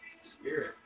Spirit